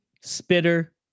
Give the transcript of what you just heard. Spitter